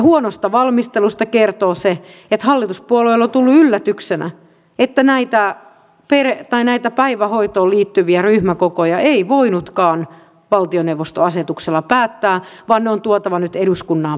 huonosta valmistelusta kertoo se että hallituspuolueille on tullut yllätyksenä että näitä päivähoitoon liittyviä ryhmäkokoja ei voinutkaan valtioneuvostoasetuksella päättää vaan ne on tuotava nyt eduskunnan päätettäväksi